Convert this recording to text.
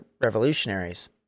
revolutionaries